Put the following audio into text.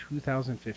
2015